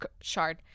shard